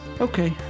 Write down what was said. Okay